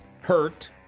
hurt